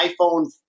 iphone